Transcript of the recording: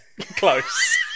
Close